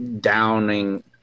downing